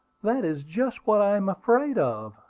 that is just what i am afraid of,